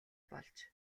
болж